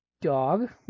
Dog